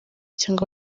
cyangwa